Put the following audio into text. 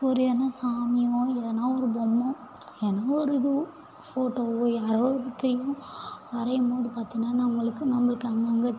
ஒரு எதனா சாமியோ இல்லைன்னா ஒரு பொம்மை எதுனா ஒரு இது ஃபோட்டோவோ யாரோ ஒருத்தரையும் வரையும் போது பார்த்திங்கன்னா நம்மளுக்கு நம்மளுக்கு அங்கேங்க